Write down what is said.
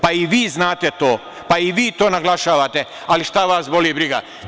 Pa i vi znate to, pa i vi to naglašavate, ali šta vas boli briga.